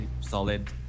solid